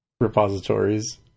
repositories